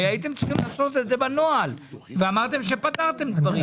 הרי הייתם צריכים לעשות את זה בנוהל ואמרתם שפתרתם דברים.